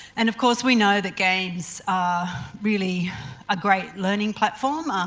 and of course we know that games are really a great learning platform. um